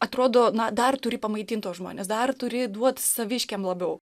atrodo na dar turi pamaitint tuos žmones dar turi duot saviškiam labiau